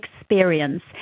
experience